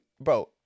bro